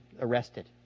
arrested